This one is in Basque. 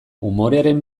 umorearen